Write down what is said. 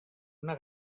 una